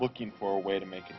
looking for ways to make it